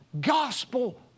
gospel